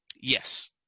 Yes